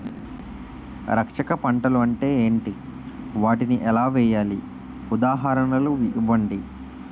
రక్షక పంటలు అంటే ఏంటి? వాటిని ఎలా వేయాలి? ఉదాహరణలు ఇవ్వండి?